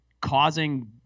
causing